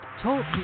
TALK